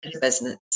business